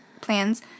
plans